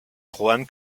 juan